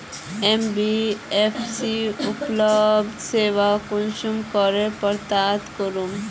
NBFC उपलब्ध सेवा कुंसम करे प्राप्त करूम?